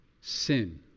sin